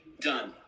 done